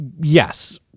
yes